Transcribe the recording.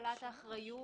זו שאלה של מדיניות.